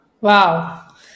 Wow